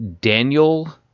Daniel